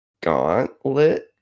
Gauntlet